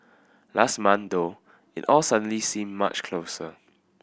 last month though it all suddenly seemed much closer